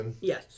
Yes